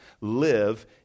live